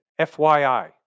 FYI